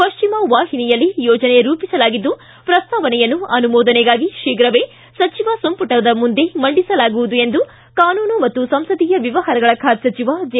ಪಶ್ಚಿಮ ವಾಹಿನಿಯಲ್ಲಿ ಯೋಜನೆ ರೂಪಿಸಲಾಗಿದ್ದು ಪ್ರಸ್ತಾವನೆಯನ್ನು ಅನುಮೋದನೆಗಾಗಿ ಶೀಘವೇ ಸಚಿವ ಸಂಪುಟದ ಮುಂದೆ ಮಂಡಿಸಲಾಗುವುದು ಎಂದು ಕಾನೂನು ಮತ್ತು ಸಂಸದೀಯ ವ್ಣವಹಾರಗಳ ಸಚಿವ ಜೆ